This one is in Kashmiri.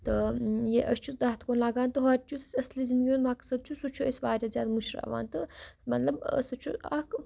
تہٕ یہِ أسۍ چھُ تَتھ کُن لَگان تہٕ ہُتھ چھُس اَصلہِ زندگی ہُںٛد مقصد چھُ سُہ چھُ أسۍ واریاہ زیادٕ مٔشراوان تہٕ مطلب سُہ چھُ اَکھ